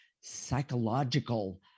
psychological